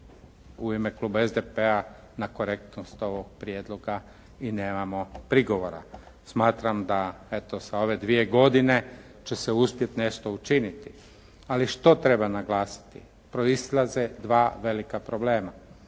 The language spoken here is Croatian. u ime Kluba SDP-a na korektnost ovog prijedloga i nemamo prigovora. Smatram da eto sa ove dvije godine će se uspjeti nešto učiniti. Ali što treba naglasiti? Proizlaze dva velika problema.